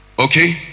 okay